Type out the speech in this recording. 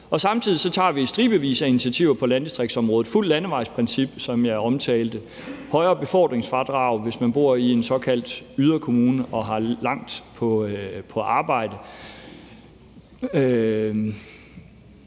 Samtidig tager vi stribevis af initiativer på landdistriktsområdet, f.eks. fuldt landevejsprincip, som jeg omtalte, et højere befordringsfradrag, hvis man bor i en såkaldt yderkommune og har langt til arbejde,